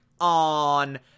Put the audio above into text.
on